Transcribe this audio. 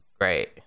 great